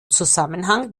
zusammenhang